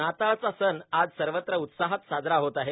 नाताळचा सण आज सर्वत्र उत्साहात साजरा होत आहे